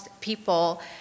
people